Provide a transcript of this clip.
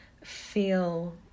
feel